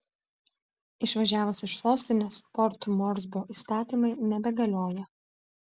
išvažiavus iš sostinės port morsbio įstatymai nebegalioja